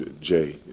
Jay